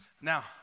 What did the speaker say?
Now